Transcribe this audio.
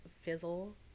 fizzle